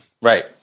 Right